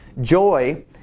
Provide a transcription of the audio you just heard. Joy